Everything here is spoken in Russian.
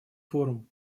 форум